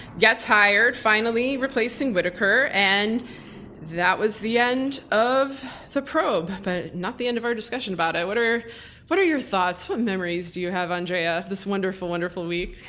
gets hired. finally replacing whittaker and that was the end of the probe. but not the end of our discussion about it. what are what are your thoughts? what memories do you have andrea? this wonderful wonderful week,